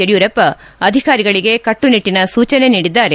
ಯಡಿಯೂರಪ್ಪ ಅಧಿಕಾರಿಗಳಿಗೆ ಕಟ್ನುನಿಟ್ಟಿನ ಸೂಚನೆ ನೀಡಿದ್ದಾರೆ